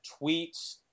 tweets